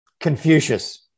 Confucius